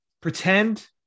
Pretend